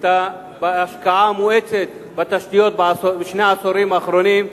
בהשקעה המואצת בתשתיות בשני העשורים האחרונים,